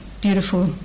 beautiful